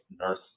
nurse